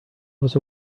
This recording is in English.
was